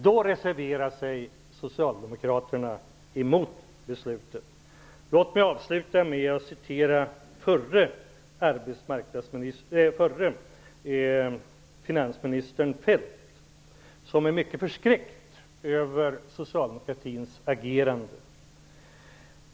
Då reserverade sig Socialdemokraterna mot beslutet. Låt mig avsluta med att referera till förre finansministern Feldt, som är mycket förskräckt över socialdemokratins agerande.